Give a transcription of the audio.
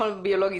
הביולוגי,